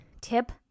tip